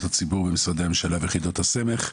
הציבור במשרדי הממשלה ויחידות הסמך.